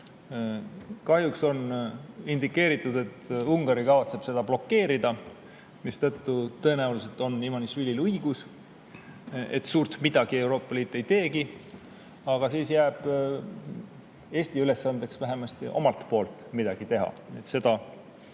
Kahjuks on indikeeritud, et Ungari kavatseb seda blokeerida, mistõttu on Ivanišvilil tõenäoliselt õigus, et suurt midagi Euroopa Liit ei teegi. Aga siis jääb Eesti ülesandeks vähemasti omalt poolt midagi teha –